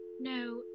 No